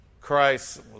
Christ